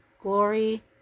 glory